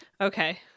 okay